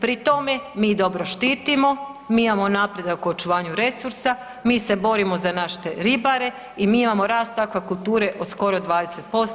Pri tome mi ih dobro štitimo, mi imamo napredak u očuvanju resursa, mi se borimo za naše ribare i mi imamo rast aquakulture od skoro 20%